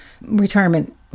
retirement